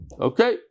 Okay